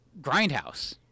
Grindhouse